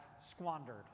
squandered